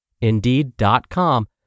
Indeed.com